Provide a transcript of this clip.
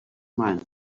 mind